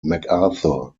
macarthur